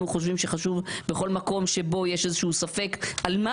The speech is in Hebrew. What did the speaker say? חושבים שחשוב שבכל מקום שבו יש איזה שהוא ספק על מה